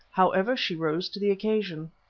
however, she rose to the occasion.